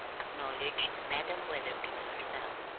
acknowledged madam wetherby to herself,